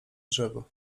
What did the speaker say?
drzewo